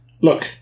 look